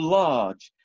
large